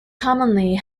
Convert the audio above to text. commonly